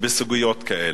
בסוגיות כאלה?